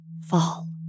Fall